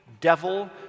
devil